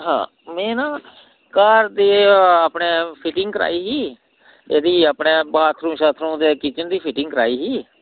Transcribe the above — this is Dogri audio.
हां में ना घर दे अपने फिटिंग कराई ही ते भी अपने बाथरूम शाथरूम ते किचन दी फिटिंग कराई ही